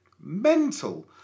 Mental